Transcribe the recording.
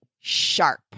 Sharp